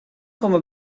komme